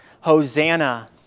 Hosanna